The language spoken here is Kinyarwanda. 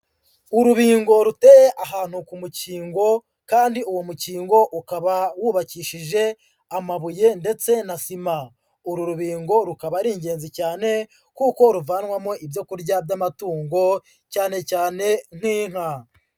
Urubingo ruteye ahantu ku mukingo kandi uwo mukingo ukaba wubakishije amabuye ndetse na sima, uru rubingo rukaba ari ingenzi cyane kuko ruvanwamo ibyo kurya by'amatungo cyane cyane nk'inka.